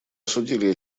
осудили